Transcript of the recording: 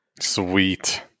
Sweet